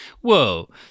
whoa